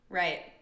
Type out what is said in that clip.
right